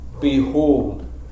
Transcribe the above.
Behold